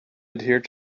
adhere